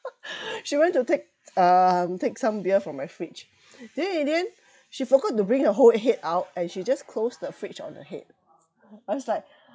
she went to take um take some beer from my fridge then in the end she forgot to bring her whole head out and she just close the fridge on her head I was like